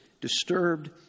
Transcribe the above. disturbed